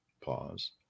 Pause